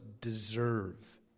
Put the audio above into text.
deserve